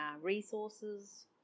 resources